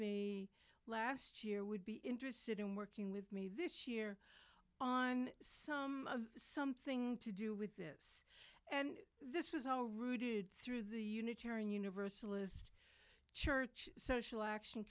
me last year would be interested in working with me this year on some something to do with this and this was all routed through the unitarian universalist church social action